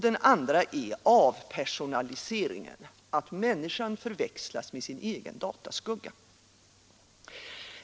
Den andra är avpersonaliseringen — att människan förväxlas med sin egen dataskugga.